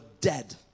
dead